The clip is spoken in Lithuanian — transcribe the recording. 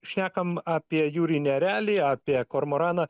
šnekam apie jūrinį erelį apie kormoraną